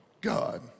God